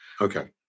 Okay